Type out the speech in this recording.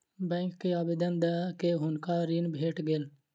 bank के आवेदन दअ के हुनका ऋण भेट गेल